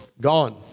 gone